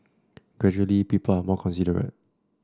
gradually people are more considerate